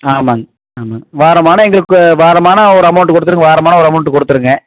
ஆமாம்ங்க ஆமாம்ங்க வாரம்மானா எங்களுக்கு வாரம்மானா ஒரு அமௌண்ட் கொடுத்துடுங்க வாரம்மானா ஒரு அமௌண்ட் கொடுத்துடுங்க